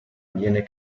viene